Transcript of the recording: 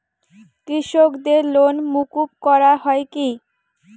কৃষকদের লোন মুকুব করা হয় কি?